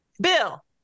Bill